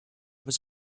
was